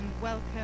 welcome